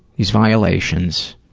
these violations,